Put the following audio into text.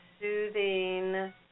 soothing